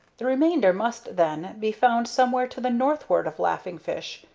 the remainder must, then, be found somewhere to the northward of laughing fish,